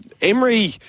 Emery